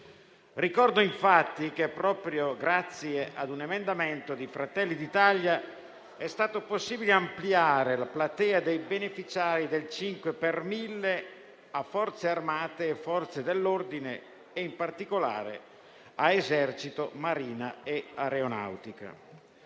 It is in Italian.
Ricordo infatti che proprio grazie a un emendamento di Fratelli d'Italia è stato possibile ampliare la platea dei beneficiari del 5x1000 a Forze armate e Forze dell'ordine, in particolare a Esercito, Marina e Aeronautica.